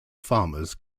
farmers